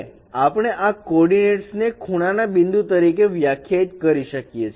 અને આપણે આ કોર્ડીનેટસ ને ખુણાના બિંદુ તરીકે વ્યાખ્યાયિત કરી શકીએ